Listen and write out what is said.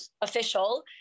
official